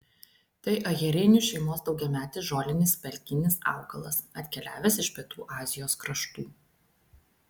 tai ajerinių šeimos daugiametis žolinis pelkinis augalas atkeliavęs iš pietų azijos kraštų